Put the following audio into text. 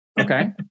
Okay